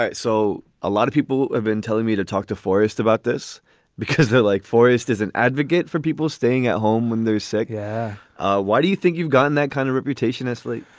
so a lot of people have been telling me to talk to forest about this because they're like forest is an advocate for people staying at home when they're sick. yeah ah why do you think you've gotten that kind of reputation, asli?